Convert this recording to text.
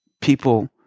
people